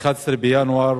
כבוד השרים,